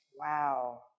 Wow